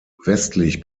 westlich